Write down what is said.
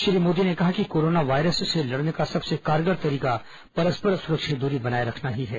श्री मोदी ने कहा कि कोरोना वायरस से लड़ने का सबसे कारगर तरीका परस्पर सुरक्षित दूरी बनाये रखना ही है